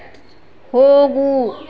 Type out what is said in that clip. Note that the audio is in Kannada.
ಹೋಗು